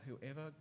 whoever